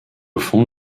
fonde